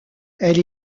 elle